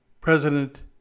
President